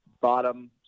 bottom